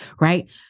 right